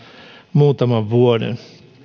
muutaman vuoden